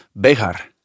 Bejar